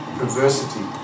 perversity